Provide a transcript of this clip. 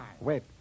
Wait